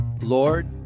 Lord